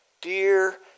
Dear